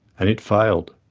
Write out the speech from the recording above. and it failed.